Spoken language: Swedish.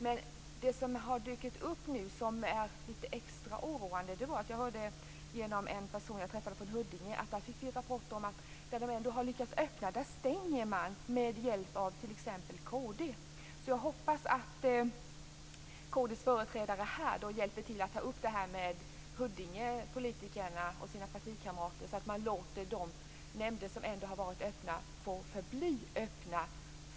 Men en sak som har dykt upp nu och som är extra oroande är att jag genom en person från Huddinge som jag träffade hörde en rapport om att där man ändå har lyckats öppna sammanträdena, där stänger man med hjälp av bl.a. kd. Jag hoppas därför att kd:s företrädare här hjälper till att ta upp detta med Huddingepolitikerna och sina partikamrater så att man låter de nämnder som ändå har varit öppna få förbli öppna.